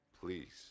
Please